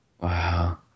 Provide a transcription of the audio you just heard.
Wow